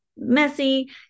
messy